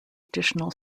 additional